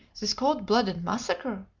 this cold blooded massacre?